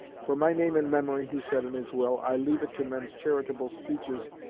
for my name and memory, he said in his will, i leave it to men's charitable speeches,